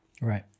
Right